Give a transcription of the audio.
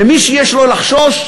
ומי שיש לו לחשוש,